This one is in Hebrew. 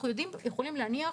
אנחנו יכולים להניח,